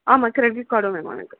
ஆமாம் க்ரெடிட் கார்டும் வேணும் எனக்கு